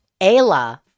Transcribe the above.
Ayla